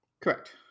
correct